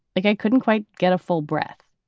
like i couldn't quite get a full breath